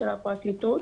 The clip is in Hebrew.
של הפרקליטות,